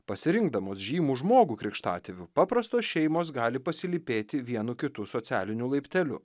pasirinkdamos žymų žmogų krikštatėviu paprastos šeimos gali pasilypėti vienu kitu socialiniu laipteliu